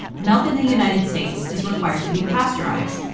milk in the united states is required to be pasteurized.